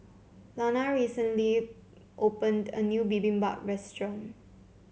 Lana recently opened a new Bibimbap Restaurant